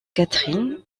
catherine